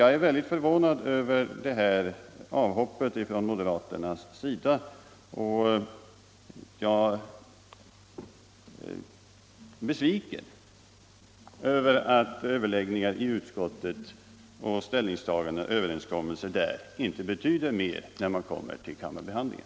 Jag är väldigt förvånad över det här avhoppet av moderaterna, och jag är besviken över att överläggningar, ställningstaganden och överenskommelser i utskottet inte betyder mer när man kommer till kammarbehandlingen.